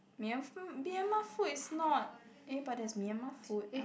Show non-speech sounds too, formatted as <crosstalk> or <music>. myan~ <noise> Myanmar food is not eh but there's Myanmar food